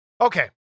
okay